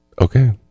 Okay